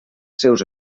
seus